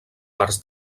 parts